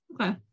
Okay